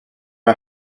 are